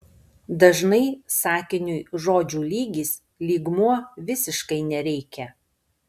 dažnai sakiniui žodžių lygis lygmuo visiškai nereikia